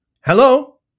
Hello